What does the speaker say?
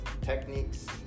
techniques